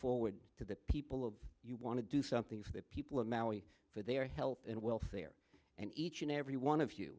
forward to the people of you want to do something for the people of maui for their health and welfare and each and every one of you